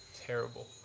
Terrible